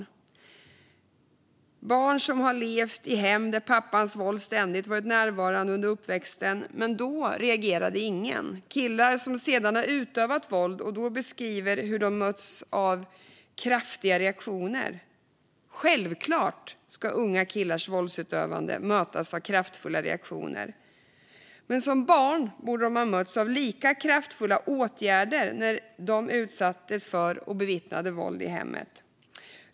Det handlar om barn som har levt i hem där pappans våld varit ständigt närvarande under uppväxten. Då reagerade ingen. Det handlar om killar som sedan har utövat våld och som beskriver hur de då har mötts av kraftiga reaktioner. Självklart ska unga killars våldsutövande mötas av kraftfulla reaktioner, men som barn borde de ha mötts av lika kraftfulla åtgärder när de utsattes för och bevittnade våld i hemmet.